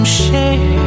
share